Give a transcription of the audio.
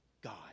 God